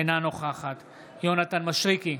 אינה נוכחת יונתן מישרקי,